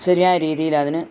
ശരിയായ രീതിയിൽ അതിന്